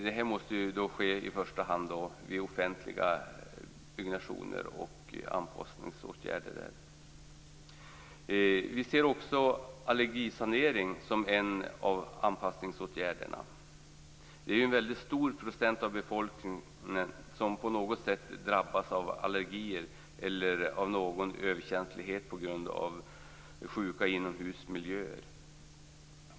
Detta måste i första hand ske vid offentliga byggnationer och med anpassningsåtgärder i sådana. Vi ser också allergisanering som en anpassningsåtgärd. En väldigt stor del av befolkningen drabbas på något sätt av allergier eller överkänslighet på grund av sjuka inomhusmiljöer.